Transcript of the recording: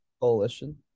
coalition